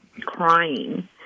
crying